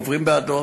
עוברים באדום,